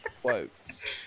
Quotes